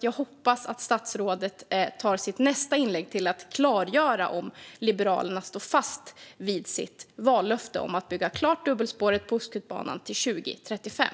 Jag hoppas att statsrådet använder sitt nästa inlägg till att klargöra om Liberalerna står fast vid sitt vallöfte att bygga klart dubbelspåret på Ostkustbanan till 2035.